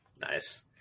Nice